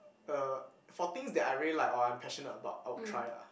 er for things that I really like or I'm passionate about I will try ah